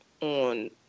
on